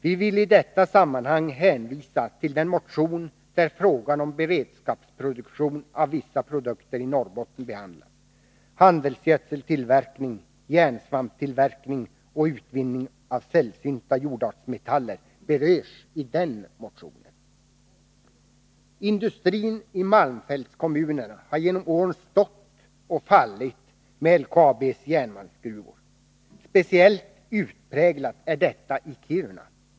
Vi vill i detta sammanhang hänvisa till den motion där frågan om beredskapsproduktion av vissa produkter i Norrbotten behandlas. Handelsgödseltillverkning, järnsvamptillverkning och utvinning av sällsynta jordartsmetaller berörs i den motionen. Industrin i malmfältskommunerna har genom åren stått och fallit med LKAB:s järnmalmsgruvor. Speciellt utpräglat är detta i Kiruna.